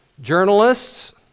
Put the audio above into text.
journalists